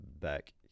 back